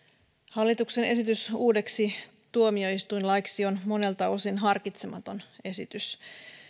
hallituksen esitys uudeksi tuomioistuinlaiksi on monelta osin harkitsematon esitys